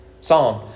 Psalm